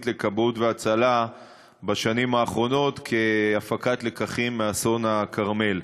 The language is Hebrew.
לכבאות והצלה בשנים האחרונות כהפקת לקחים מאסון הכרמל.